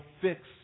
fix